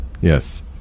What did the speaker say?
Yes